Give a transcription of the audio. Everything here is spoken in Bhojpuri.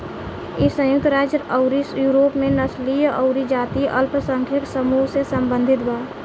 इ संयुक्त राज्य अउरी यूरोप में नस्लीय अउरी जातीय अल्पसंख्यक समूह से सम्बंधित बा